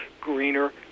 greener